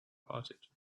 parted